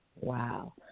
Wow